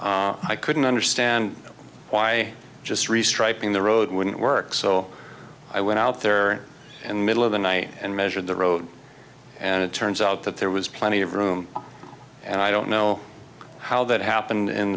personally i couldn't understand why just restriking the road wouldn't work so i went out there and middle of the night and measured the road and it turns out that there was plenty of room and i don't know how that happened in